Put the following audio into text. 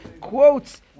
quotes